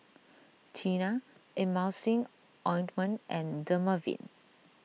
Tena Emulsying Ointment and Dermaveen